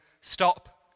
stop